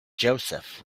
joseph